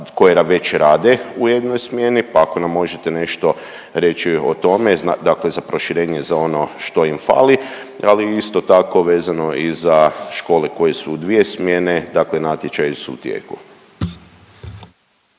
koje nam već rade u jednoj smjeni pa ako nam možete nešto reći o tome, dakle za proširenje za ono što im fali, ali isto tako vezano i za škole koje su u dvije smjene dakle natječaji su u tijeku.